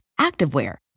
activewear